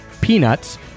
PEANUTS